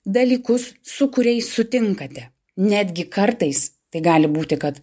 dalykus su kuriais sutinkate netgi kartais tai gali būti kad